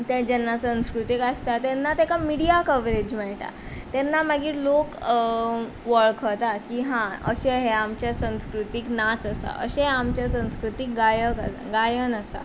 ते जेन्ना संस्कृतीक आसता तेन्ना तेका मिडिया कवरेज मेळटा तेन्ना मागीर लोक वळखतात की हा अशें हें ह्या आमच्या संस्कृतीक नाच आसा अशे आमच्या संस्कृतीक गायक गायन आसा